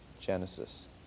Genesis